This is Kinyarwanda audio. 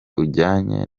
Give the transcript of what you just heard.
ujyanye